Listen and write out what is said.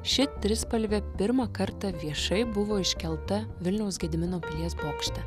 ši trispalvė pirmą kartą viešai buvo iškelta vilniaus gedimino pilies bokšte